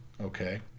okay